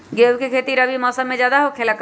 गेंहू के खेती रबी मौसम में ज्यादा होखेला का?